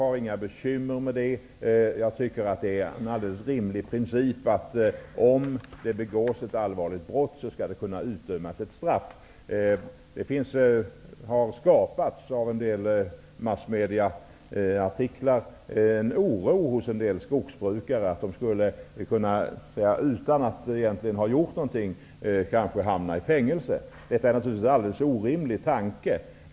Jag har inga bekymmer med dem. Jag tycker att det är en rimlig princip att om det begås ett allvarligt brott skall det kunna utdömas ett straff. Det har av en del massmedieartiklar skapats en oro hos vissa skogsbrukare att de utan att egentligen ha gjort någonting skall kunna hamna i fängelse. Det är naturligtvis en alldeles orimlig tanke.